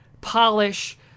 polish